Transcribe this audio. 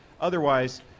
otherwise